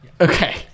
okay